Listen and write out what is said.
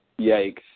Yikes